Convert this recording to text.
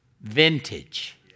vintage